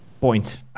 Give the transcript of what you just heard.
point